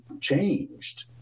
changed